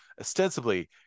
ostensibly